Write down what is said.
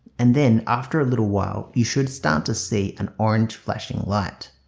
and then after a little while you should start to see an orange flashing light